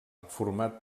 format